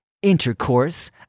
intercourse